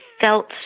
felt